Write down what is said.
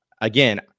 again